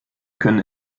können